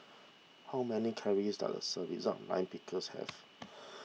how many calories does a serving Lime Pickles have